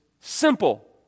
simple